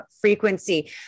frequency